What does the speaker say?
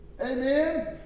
Amen